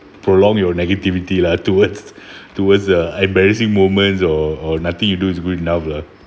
prolonged your negativity lah towards towards uh embarrassing moments or or nothing you do is good enough lah